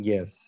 Yes